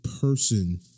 person